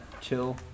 chill